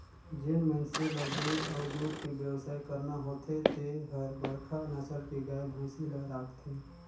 जेन मइनसे ल दूद अउ दूद के बेवसाय करना होथे ते हर बड़खा नसल के गाय, भइसी ल राखथे